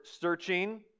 searching